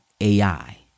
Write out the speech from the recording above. AI